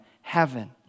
heaven